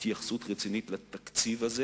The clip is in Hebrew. התייחסות רצינית לתקציב הזה